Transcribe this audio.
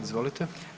Izvolite.